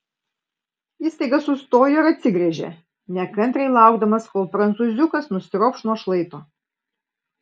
jis staiga sustojo ir atsigręžė nekantriai laukdamas kol prancūziukas nusiropš nuo šlaito